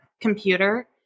computer